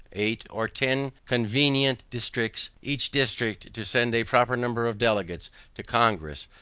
eight, or ten, convenient districts, each district to send a proper number of delegates to congress,